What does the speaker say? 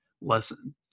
lesson